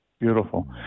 Beautiful